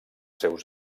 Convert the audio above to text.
seus